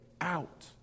out